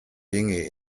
dinge